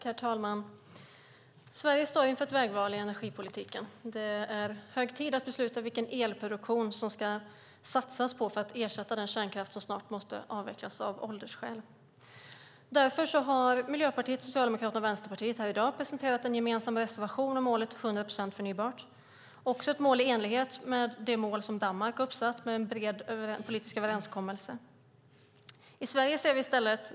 Herr talman! Sverige står inför ett vägval i energipolitiken. Det är hög tid att besluta vilken elproduktion man ska satsa på för att ersätta den kärnkraft som snart måste avvecklas av åldersskäl. Därför har Miljöpartiet, Socialdemokraterna och Vänsterpartiet här i dag presenterat en gemensam reservation om målet 100 procent förnybart. Det är ett mål i enlighet med det mål som Danmark har satt upp i en bred politisk överenskommelse.